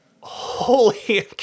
holy